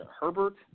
Herbert